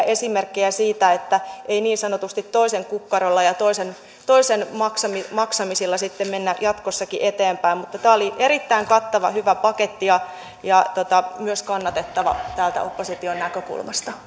esimerkkejä siitä että ei niin sanotusti toisen kukkarolla ja toisen toisen maksamisilla maksamisilla mennä jatkossakin eteenpäin tämä oli erittäin kattava hyvä paketti ja ja myös kannatettava täältä opposition näkökulmasta